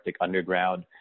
underground